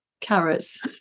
carrots